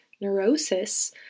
neurosis